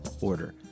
order